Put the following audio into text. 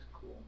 cool